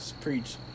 Preach